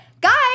Guys